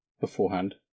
beforehand